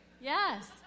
Yes